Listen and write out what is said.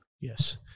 Yes